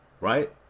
Right